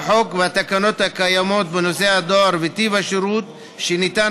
היא שהחוק והתקנות הקיימים בנושא הדואר וטיב השירות שניתן